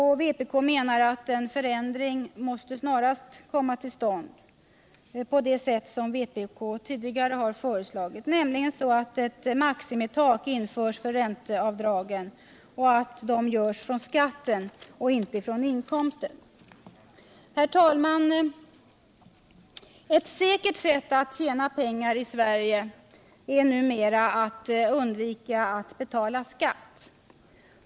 Vpk menar att en förändring snarast måste komma till stånd, som vpk redan tidigare föreslagit, genom att ett maximitak införs för ränteavdragen och att avdragen göres från skatten, inte från inkomsten. Herr talman! Ett säkert sätt att tjäna pengar i Sverige är numera att undvika att betala skatt.